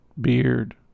beard